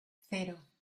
cero